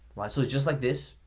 so just like this,